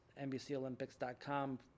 NBCOlympics.com